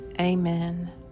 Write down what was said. Amen